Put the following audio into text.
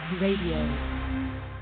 Radio